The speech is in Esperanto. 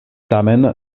tamen